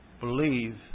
believe